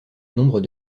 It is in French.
nombre